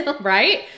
Right